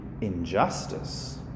injustice